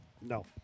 No